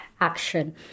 action